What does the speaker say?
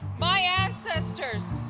my ancestors,